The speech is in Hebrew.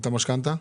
את המשכנתא?